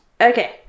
Okay